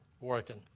working